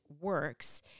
works